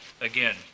again